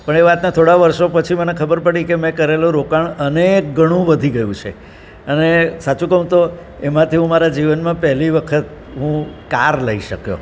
પણ એ વાતનાં થોડા વર્ષો પછી મને ખબર પડી કે મેં કરેલું રોકાણ અનેક ગણું વધી ગયું છે અને સાચું કહું તો એમાંથી હું મારા જીવનમાં પહેલી વખત હું કાર લઈ શક્યો